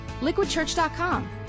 LiquidChurch.com